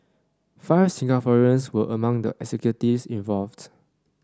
five Singaporeans were among the executives involved